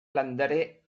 landare